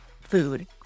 food